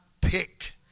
picked